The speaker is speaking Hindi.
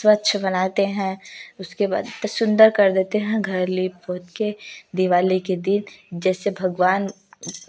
स्वच्छ बनाते हैं उसके बाद तो सुन्दर कर देते हैं घर लीप पोत के दिवाली के दिन जैसे भगवान